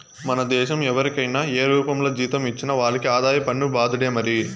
మన దేశం ఎవరికైనా ఏ రూపంల జీతం ఇచ్చినా వాళ్లకి ఆదాయ పన్ను బాదుడే మరి